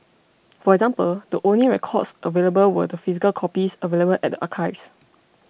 for example the only records available were the physical copies available at archives